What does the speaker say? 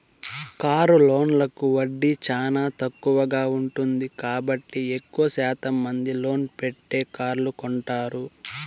car లోన్లకు వడ్డీ చానా తక్కువగా ఉంటుంది కాబట్టి ఎక్కువ శాతం మంది లోన్ పెట్టే కార్లు కొంటారు